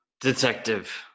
Detective